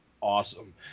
awesome